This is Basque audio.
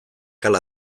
hala